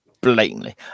blatantly